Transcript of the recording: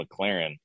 McLaren